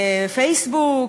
פייסבוק,